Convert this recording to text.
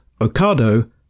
Ocado